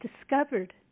discovered